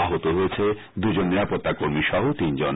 আহত হয়েছে দুই জন নিরাপত্তা কর্মী সহ তিনজন